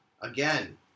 again